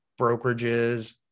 brokerages